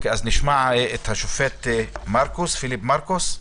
נשמע את השופט פיליפ מרכוס,